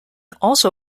also